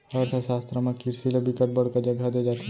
अर्थसास्त्र म किरसी ल बिकट बड़का जघा दे जाथे